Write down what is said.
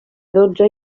dotze